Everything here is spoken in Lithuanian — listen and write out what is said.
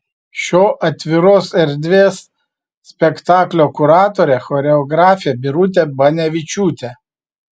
šio atviros erdvės spektaklio kuratorė choreografė birutė banevičiūtė